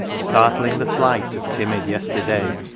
startling the flight of timid yesterday!